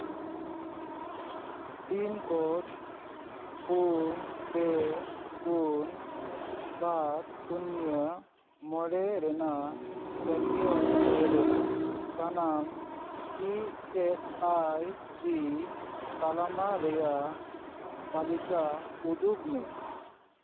pin code ᱯᱩᱱ ᱯᱮ ᱯᱩᱱ ᱵᱟᱨ ᱥᱩᱱᱱᱚ ᱢᱚᱬᱮ ᱨᱮᱱᱟᱜ ᱪᱟᱹᱨᱤᱭᱟᱹ ᱠᱚᱬ ᱨᱮ ᱥᱟᱱᱟᱢ ᱤ ᱮᱥ ᱟᱭ ᱥᱤ ᱛᱟᱞᱟᱢᱟ ᱨᱮᱭᱟᱜᱞ ᱛᱟᱹᱞᱤᱠᱟ ᱩᱫᱩᱜᱽ ᱢᱮ